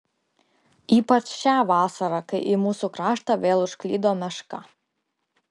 ypač šią vasarą kai į mūsų kraštą vėl užklydo meška